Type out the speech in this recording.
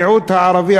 המיעוט הערבי,